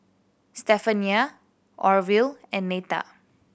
Stephania Orvil and Neta